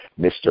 Mr